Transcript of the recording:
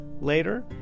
later